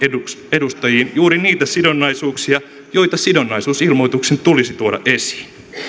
edustajiin juuri niitä sidonnaisuuksia joita sidonnaisuusilmoituksen tulisi tuoda esiin